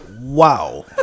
Wow